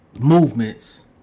movements